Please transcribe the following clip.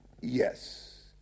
yes